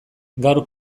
gaur